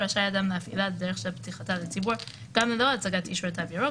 רשאי אדם להפעילה דרך שפתיחתה לציבור גם ללא הצגת אישור תו ירוק,